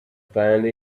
finally